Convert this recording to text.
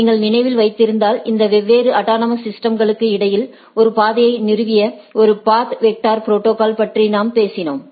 நீங்கள் நினைவில் வைத்திருந்தால் இந்த வெவ்வேறு அட்டானமஸ் சிஸ்டம்ஸ்களுக்கு இடையில் ஒரு பாதையை நிறுவிய ஒரு பாத் வெக்டர் ப்ரோடோகால் பற்றி நாம் பேசினோம்